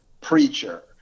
preacher